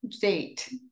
date